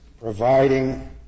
providing